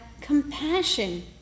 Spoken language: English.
compassion